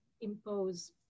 impose